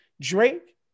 Drake